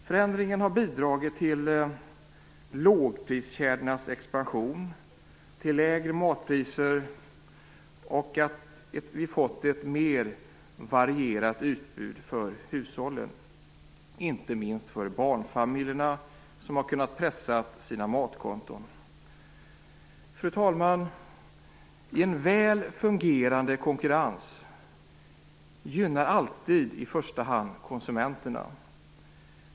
Förändringen har bidragit till lågpriskedjornas expansion, till lägre matpriser och till ett mer varierat utbud för hushållen, inte minst för barnfamiljerna, som har kunnat pressa sina matkonton. Fru talman! En väl fungerande konkurrens gynnar alltid i första hand konsumenterna.